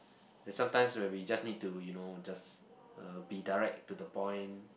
then sometimes when we just need to you know just uh be direct to the point